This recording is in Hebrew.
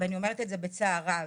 ואני אומרת את זה בצער רב,